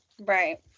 Right